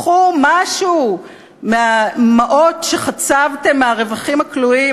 קחו משהו מהמעות שחצבתם מהרווחים הכלואים,